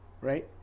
right